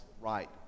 right